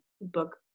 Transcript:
book